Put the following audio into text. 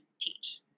teach